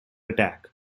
attack